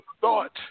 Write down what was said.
thought